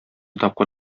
тапкыр